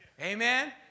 Amen